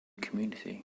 community